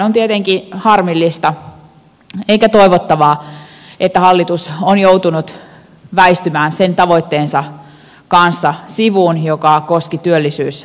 on tietenkin harmillista eikä toivottavaa että hallitus on joutunut väistymään sen tavoitteensa kanssa sivuun joka koski työllisyysastetta